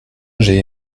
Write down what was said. j’ai